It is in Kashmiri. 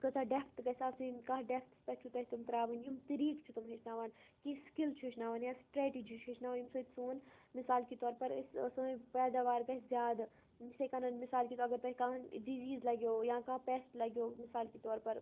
کۭژاہ ڈٮ۪پتھٕ گژھِ آسٕنۍ کَتھ دٮ۪پتھس پٮ۪ٹھ چھُ تُہۍ تِم تراوٕنۍ یِم طریٖق چھِ تِم ہیٚچھناوان کہِ یہِ سِکِل چھُ ہیٚچھناوان یا سٹرٮ۪ٹِجی چھُ ہیٚچھناوان ییٚمہِ سۭتۍ سون مِثال کہِ طور پر أسۍ سٲنۍ پیداوار گَژھِ زیادٕ یِتھَے کَنن مِثال کہِ طور اگر تۄہہِ کانٛہہ ڈِزیٖز لگیو یا کانٛہہ پٮ۪سٹ لگیو مِثال کہِ طور پر